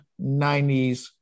90s